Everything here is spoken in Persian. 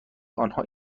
آنها